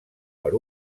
per